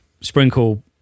Sprinkle